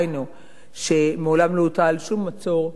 היינו שמעולם לא הוטל שום מצור,